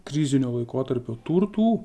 krizinio laikotarpio turtų